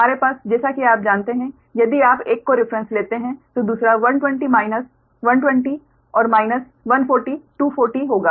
हमारे पास जैसा कि आप जानते हैं यदि आप एक को रिफ्रेन्स लेते हैं तो दूसरा 120 माइनस 120 और माइनस 140 240 होगा